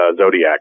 Zodiac